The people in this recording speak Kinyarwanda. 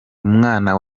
umwana